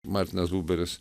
martinas buberis